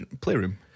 Playroom